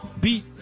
beat